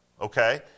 Okay